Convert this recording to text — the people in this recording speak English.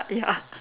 ya